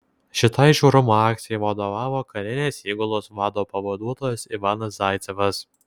šitai žiaurumo akcijai vadovavo karinės įgulos vado pavaduotojas ivanas zaicevas